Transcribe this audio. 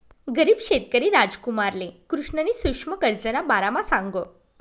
गरीब शेतकरी रामकुमारले कृष्णनी सुक्ष्म कर्जना बारामा सांगं